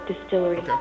Distillery